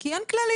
כי אין כללים.